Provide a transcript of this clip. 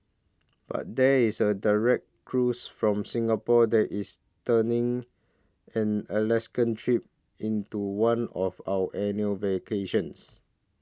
but there is a direct cruise from Singapore that is turning an Alaska trip into one of our annual vacations